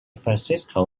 francisco